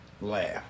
Laugh